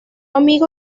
amigo